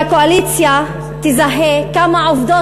שהקואליציה תזהה כמה עובדות,